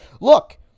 Look